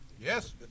Yes